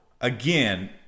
again